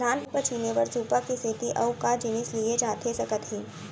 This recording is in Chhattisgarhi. धान पछिने बर सुपा के सेती अऊ का जिनिस लिए जाथे सकत हे?